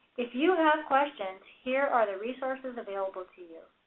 if you have questions, here are the resources available to you.